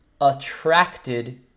attracted